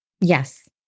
Yes